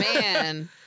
man